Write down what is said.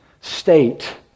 state